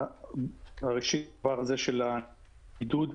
ראשית --- הבידוד,